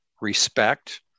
respect